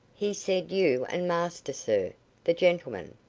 he said you and master, sir the gentleman.